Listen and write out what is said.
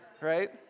right